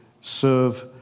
serve